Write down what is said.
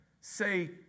say